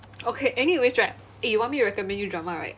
okay anyways right eh you want me to recommend you drama right